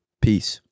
Peace